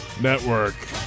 network